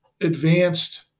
advanced